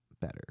better